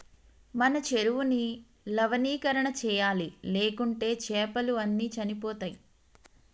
మన చెరువుని లవణీకరణ చేయాలి, లేకుంటే చాపలు అన్ని చనిపోతయ్